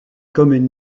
commune